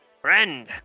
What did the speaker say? Friend